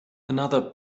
another